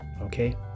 Okay